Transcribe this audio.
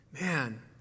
Man